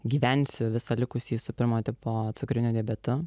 gyvensiu visą likusį su pirmo tipo cukriniu diabetu